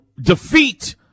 defeat